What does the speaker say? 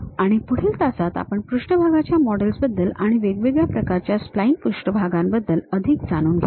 आणि पुढील तासात आपण पृष्ठभागाच्या मॉडेल्सबद्दल आणि वेगवेगळ्या प्रकारच्या स्प्लाइन पृष्ठभागांबद्दल अधिक जाणून घेऊ